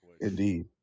Indeed